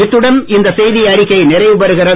இத்துடன் இந்த செய்தி அறிக்கை நிறைவு பெறுகிறது